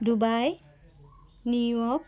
Dubai New York